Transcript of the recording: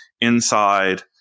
inside